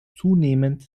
zunehmend